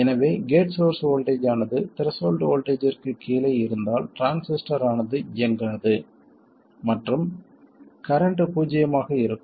எனவே gate source voltage ஆனது threshold வோல்ட்டேஜ்ஜிற்குக் கீழே இருந்தால் டிரான்சிஸ்டர் ஆனது இயங்காது மற்றும் கரண்ட் பூஜ்ஜியமாக இருக்கும்